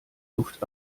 luft